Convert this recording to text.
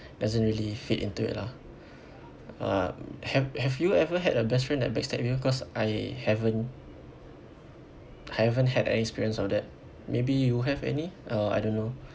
doesn't really fit into it lah um have have you ever had a best friend that backstab you cause I haven't I haven't had experience of that maybe you have any or I don't know